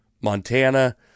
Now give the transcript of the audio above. Montana